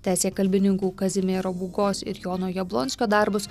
tęsė kalbininkų kazimiero būgos ir jono jablonskio darbus